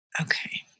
Okay